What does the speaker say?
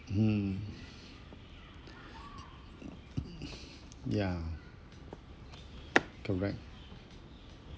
mm ya correct